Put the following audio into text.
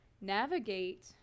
navigate